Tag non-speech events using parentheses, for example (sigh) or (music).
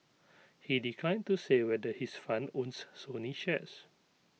(noise) he declined to say whether his fund owns Sony shares